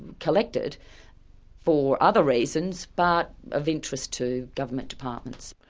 collected for other reasons but of interest to government departments.